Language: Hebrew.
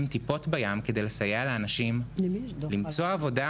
טיפות בים כדי לסייע לאנשים למצוא עבודה,